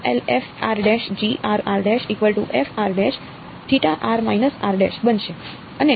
આ બનશે